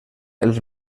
els